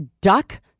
duck